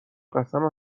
قسم